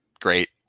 great